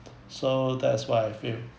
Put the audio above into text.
so that is what I feel